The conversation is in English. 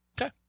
Okay